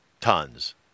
tons